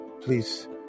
please